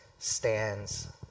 stands